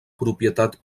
propietat